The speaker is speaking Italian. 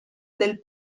del